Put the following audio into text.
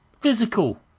physical